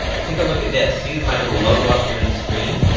take a look at this, see my little logo up here in the screen,